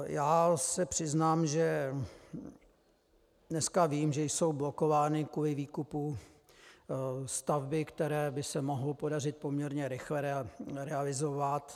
Já se přiznám, že dneska vím, že jsou blokovány kvůli výkupu stavby, které by se mohlo podařit poměrně rychle realizovat.